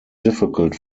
difficult